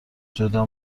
جدا